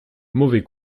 mauvais